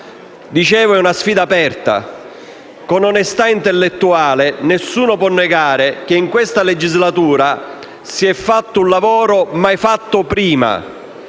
società. È una sfida aperta. Con onestà intellettuale, però, nessuno può negare che in questa legislatura si sia fatto un lavoro mai fatto prima.